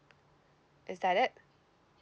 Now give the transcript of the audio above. is that it